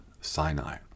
Sinai